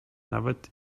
nawet